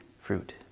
fruit